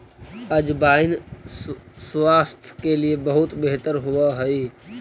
अजवाइन स्वास्थ्य के लिए बहुत बेहतर होवअ हई